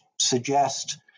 suggest